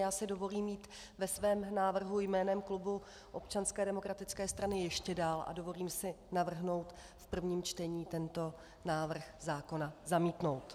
Já si dovolím jít ve svém návrhu jménem klubu Občanské demokratické strany ještě dál a dovolím si navrhnout v prvním čtení tento návrh zákona zamítnout.